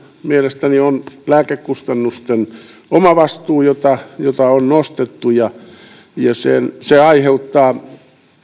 mielestäni on lääkekustannusten omavastuu jota on nostettu ja se aiheuttaa